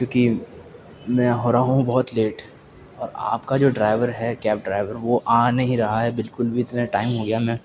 کیوںکہ میں ہو رہا ہوں بہت لیٹ اور آپ کا جو ڈرائیور ہے کیب ڈرائیور وہ آ نہیں رہا ہے بالکل بھی اتنا ٹائم ہو گیا ہے میں